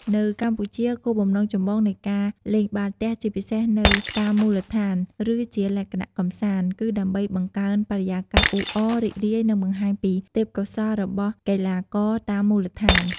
នៅកម្ពុជា គោលបំណងចម្បងនៃការលេងបាល់ទះ ជាពិសេសនៅតាមមូលដ្ឋាន ឬជាលក្ខណៈកម្សាន្ត គឺដើម្បីបង្កើនបរិយាកាសអ៊ូអរ រីករាយ និងបង្ហាញពីទេពកោសល្យរបស់កីឡាករតាមមូលដ្ឋាន។